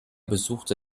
besuchte